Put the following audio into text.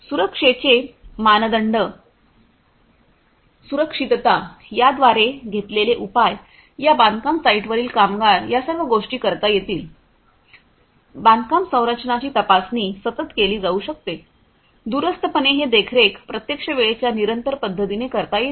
सुरक्षेचे मानदंड सुरक्षितता याद्वारे घेतलेले उपाय या बांधकाम साइटवरील कामगार या सर्व गोष्टी करता येतील बांधकाम संरचनांची तपासणी सतत केली जाऊ शकते दूरस्थपणे हे देखरेख प्रत्यक्ष वेळेच्या निरंतर पद्धतीने करता येते